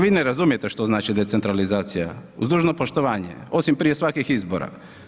Vi ne razumijete što znači decentralizacija, uz dužno poštovanje osim prije svakih izbora.